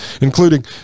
including